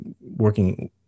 working